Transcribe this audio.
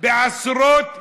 בעשרות דיונים.